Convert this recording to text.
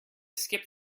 skip